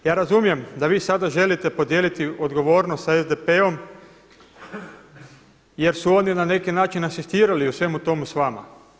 Ja razumijem da vi sada želite podijeliti odgovornost sa SDP-om jer su oni na neki način asistirali u svemu tomu s vama.